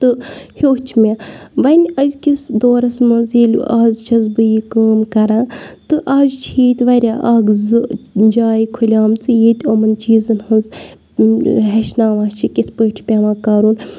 تہٕ ہیٚوچھ مےٚ وۄنۍ أزکِس دورَس منٛز ییٚلہِ وٕ اَز چھَس بہٕ یہِ کٲم کَران تہٕ اَز چھِ ییٚتہِ واریاہ اَکھ زٕ جایہِ کھُلیمژٕ ییٚتہِ یِمَن چیٖزَن ہٕنٛز ہیٚچھناوان چھِ کِتھ پٲٹھۍ چھِ پیٚوان کَرُن